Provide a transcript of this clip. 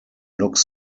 looks